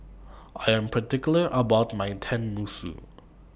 I Am particular about My Tenmusu